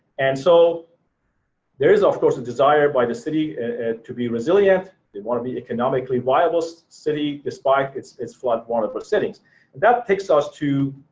and so there is of course a desire by the city to be resilient. they want to be an economically viable so city despite its its floodwater percentage. that takes us to